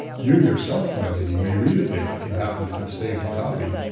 you yourself, my lady, may read it there if you happen to have saved a copy.